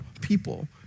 people